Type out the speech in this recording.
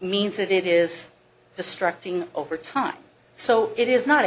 means that it is destructing over time so it is not